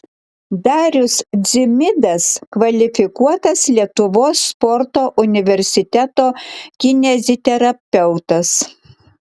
darius dzimidas kvalifikuotas lietuvos sporto universiteto kineziterapeutas